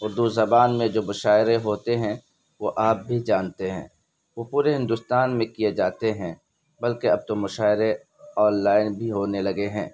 اردو زبان میں جو مشاعرے ہوتے ہیں وہ آپ بھی جاتے ہیں وہ پورے ہندوستان میں کیے جاتے ہیں بلکہ اب تو مشاعرے آن لائن بھی ہونے لگے ہیں